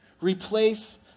Replace